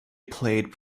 played